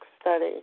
Study